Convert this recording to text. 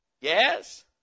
Yes